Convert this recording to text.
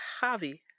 Javi